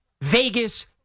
Vegas